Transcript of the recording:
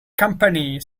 company